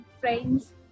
friends